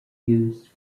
used